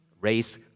race